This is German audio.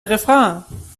refrain